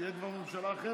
כבר תהיה ממשלה אחרת.